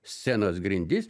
scenos grindis